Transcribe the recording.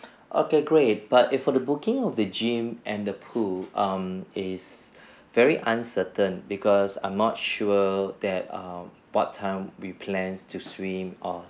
okay great but if for the booking of the gym and the pool um is very uncertain because I'm not sure that err what time we plan to swim or